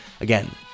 again